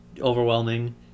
overwhelming